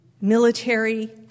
military